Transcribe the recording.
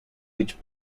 which